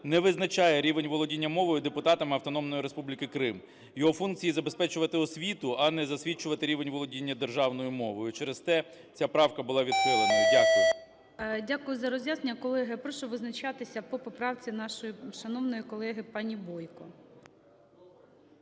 не визначає рівень володіння мовою депутатами Автономної Республіки Крим. Його функції – забезпечувати освіту, а не засвідчувати рівень володіння державною мовою. Через те ця правка була відхилена. Дякую. ГОЛОВУЮЧИЙ. Дякую за роз'яснення. Колеги, я прошу визначатися по поправці нашої шановної колеги пані Бойко.